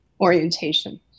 orientation